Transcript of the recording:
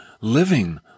living